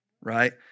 right